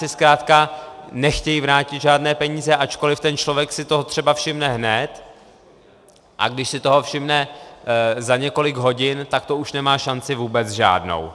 Ti směnárníci zkrátka nechtějí vrátit žádné peníze, ačkoliv ten člověk si toho třeba všimne hned, a když si toho všimne za několik hodin, tak to už nemá šanci vůbec žádnou.